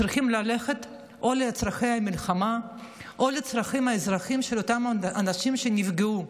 צריכים ללכת או לצורכי המלחמה או לצרכים האזרחיים של אותם אנשים שנפגעו,